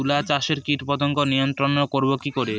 তুলা চাষে কীটপতঙ্গ নিয়ন্ত্রণর করব কি করে?